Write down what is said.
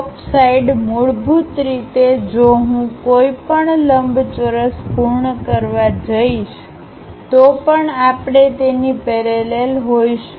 ટોપ side મૂળભૂત રીતે જો હું કોઈ પણ લંબચોરસ પૂર્ણ કરવા જઈશ તો પણ આપણે તેની પેરેલલ હોઈશું